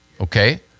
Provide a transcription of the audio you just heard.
Okay